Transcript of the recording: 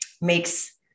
makes